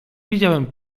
widziałem